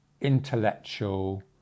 intellectual